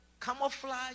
camouflage